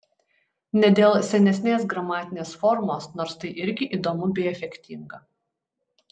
ne dėl senesnės gramatinės formos nors tai irgi įdomu bei efektinga